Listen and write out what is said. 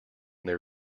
their